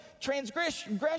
transgression